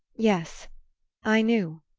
yes i knew.